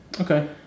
Okay